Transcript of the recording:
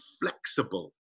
flexible